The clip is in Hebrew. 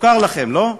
מוכר לכם, לא?